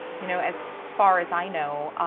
you know, as far as i know,